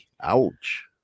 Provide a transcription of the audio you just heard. Ouch